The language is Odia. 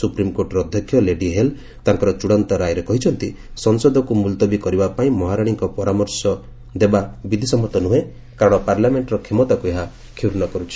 ସୁପ୍ରିମ୍କୋର୍ଟର ଅଧ୍ୟକ୍ଷ ଲେଡି ହେଲ୍ ତାଙ୍କର ଚୃଡ଼ାନ୍ତ ରାୟରେ କହିଛନ୍ତି ସଂସଦକୁ ମୁଲତବୀ କରିବା ପାଇଁ ମହାରାଣୀଙ୍କୁ ପରାମର୍ଶ ଦେବା ବିଧିସମ୍ମତ ନୁହେଁ କାରଣ ପାର୍ଲାମେଣ୍ଟର କ୍ଷମତାକୁ ଏହା କ୍ଷୁର୍ଣ୍ଣ କରୁଛି